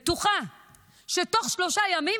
בטוחה שתוך שלושה ימים,